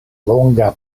longa